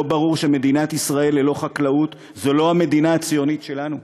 לא ברור שמדינת ישראל ללא חקלאות זו לא המדינה הציונית שלנו?